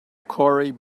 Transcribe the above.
corey